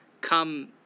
come